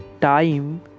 time